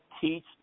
teach